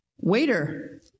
Waiter